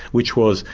which was,